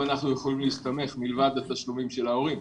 אנחנו יכולים להסתמך מלבד התשלומים של ההורים.